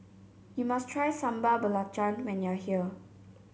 you must try Sambal Belacan when you are here